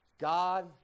God